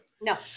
no